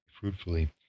fruitfully